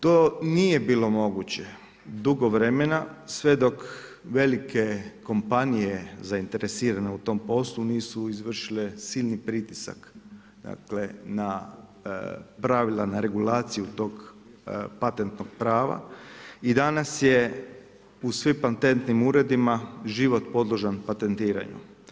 To nije bilo moguće dugo vremena sve dok velike kompanije zainteresirane u tom poslu izvršile silni pritisak na pravila, na regulaciju tog patentnog prava i danas je u svim patentnim uredima život podložan patentiranju.